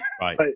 Right